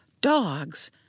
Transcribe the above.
Dogs